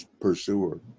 pursuer